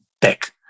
tech